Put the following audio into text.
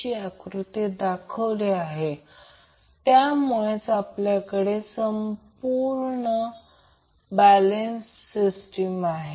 जी आकृतीत दाखवली आहे त्यामुळे आपल्याकडे सोर्स हा पूर्णपणे बॅलेन्स आहे